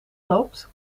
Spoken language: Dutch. loopt